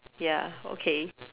ya okay